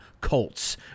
Colts